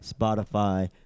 spotify